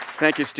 thank you, steve.